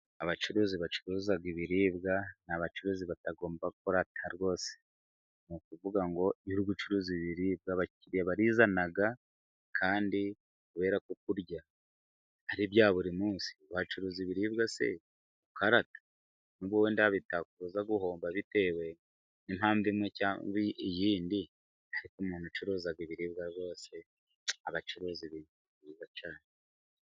Abacuruzi bacuruza ibiribwa ni abacuruzi batagomba kurakara rwose, ni ukuvuga ngo iyo uri gucuruza ibiribwa abakiriya barizana ,kandi kuberako kurya ari bya buri munsi bacuruza ibiribwa se ukarata? N'ubwo wenda bitakubuza guhomba bitewe n'impamvu imwe cyangwa indi ,ariko umuntu ucuruza ibiribwa rwose aba acuruza ibintu byiza cyane.